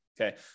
Okay